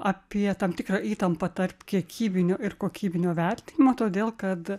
apie tam tikrą įtampą tarp kiekybinio ir kokybinio vertinimo todėl kad